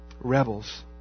Rebels